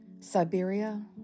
Siberia